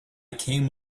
came